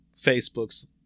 Facebook's